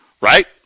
right